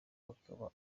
bakaba